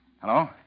Hello